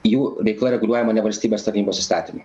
jų veikla reguliuojama ne valstybės tarnybos įstatymu